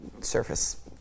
surface